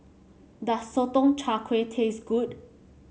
does Sotong Char Kway taste good